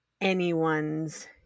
anyone's